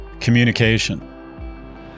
communication